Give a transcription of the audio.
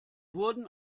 wurden